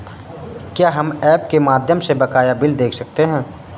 क्या हम ऐप के माध्यम से बकाया बिल देख सकते हैं?